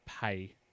pay